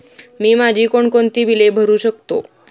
मी माझी कोणकोणती बिले भरू शकतो?